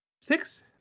Six